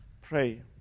pray